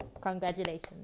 Congratulations